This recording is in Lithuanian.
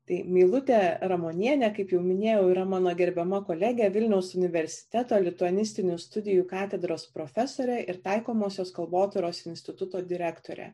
tai meilutė ramonienė kaip jau minėjau yra mano gerbiama kolegė vilniaus universiteto lituanistinių studijų katedros profesorė ir taikomosios kalbotyros instituto direktorė